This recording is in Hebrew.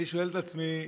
אני שואל את עצמי: